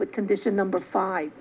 with condition number five